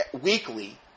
weekly